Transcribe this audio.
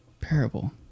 parable